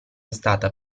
stata